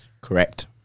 Correct